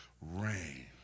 rain